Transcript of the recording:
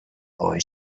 boy